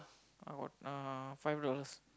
EZ-Link I got uh five dollars